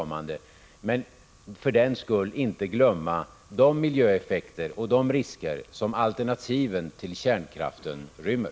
Men för den skull skall vi inte glömma de miljöeffekter och de risker som alternativen till kärnkraften rymmer.